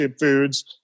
foods